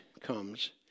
comes